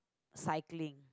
cycling